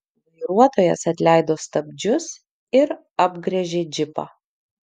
vairuotojas atleido stabdžius ir apgręžė džipą